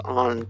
on